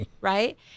right